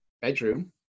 bedroom